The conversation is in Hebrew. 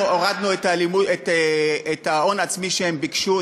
אנחנו הורדנו את ההון העצמי שהם ביקשו.